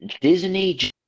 Disney